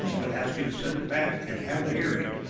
i ask you to send it back and have the hearing.